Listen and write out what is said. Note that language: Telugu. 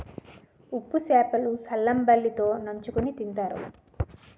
ఉప్పు సేప లు సల్లంబలి తో నంచుకుని తింతారు